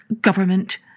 government